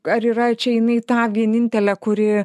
ar yra čia jinai ta vienintelė kuri